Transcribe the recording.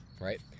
right